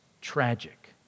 tragic